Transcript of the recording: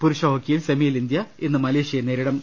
പുരുഷ ഹോക്കി സെമിയിൽ ഇന്ത്യ ഇന്ന് മലേഷ്യയെ നേരിടും